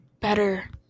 better